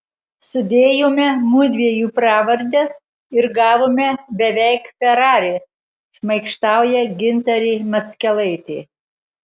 sudėjome mudviejų pravardes ir gavome beveik ferrari šmaikštauja gintarė mackelaitė